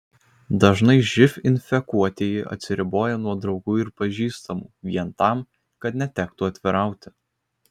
dažnai živ infekuotieji atsiriboja nuo draugų ir pažįstamų vien tam kad netektų atvirauti